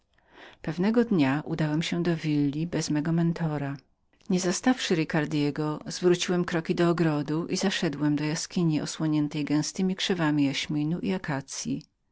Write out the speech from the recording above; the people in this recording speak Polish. pewnego dnia udałem się do willi bez mego mentora niezastawszy ricardego zwróciłem kroki do ogrodu i zaszedłem do jaskini osłonionej gęstemi drzewami jaśminu i akacyi